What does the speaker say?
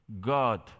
God